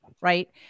Right